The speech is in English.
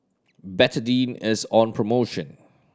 Betadine is on promotion